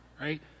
right